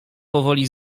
powoli